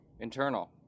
internal